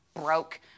broke